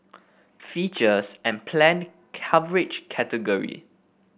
features and planned coverage category